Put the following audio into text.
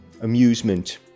amusement